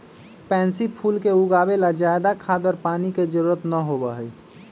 pansy फूल के उगावे ला ज्यादा खाद और पानी के जरूरत ना होबा हई